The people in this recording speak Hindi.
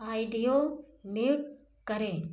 आइडियो म्यूट करें